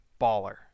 baller